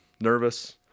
nervous